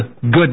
good